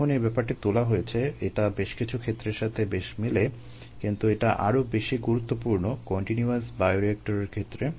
যখন এ ব্যাপারটা তোলা হয়েছে এটা বেশ কিছু ক্ষেত্রের সাথে বেশ মেলে কিন্তু এটা আরো বেশি গুরুত্বপূর্ণ কন্টিনিউয়াস বায়োরিয়েক্টরের ক্ষেত্রে